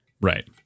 right